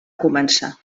començar